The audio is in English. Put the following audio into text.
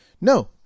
no